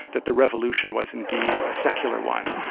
that the revolution was indeed a secular one.